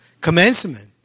commencement